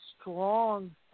strong